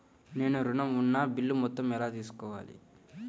నేను ఋణం ఉన్న బిల్లు మొత్తం ఎలా తెలుసుకోవాలి?